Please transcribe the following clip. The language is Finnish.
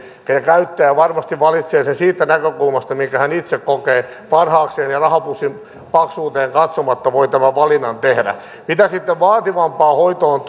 ja käyttäjä varmasti valitsee sen siitä näkökulmasta minkä hän itse kokee parhaakseen ja rahapussin paksuuteen katsomatta voi tämän valinnan tehdä mitä sitten vaativampaan hoitoon